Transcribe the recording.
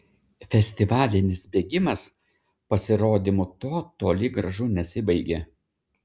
festivalinis bėgimas pasirodymu tuo toli gražu nesibaigė